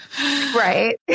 Right